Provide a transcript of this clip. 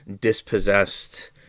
dispossessed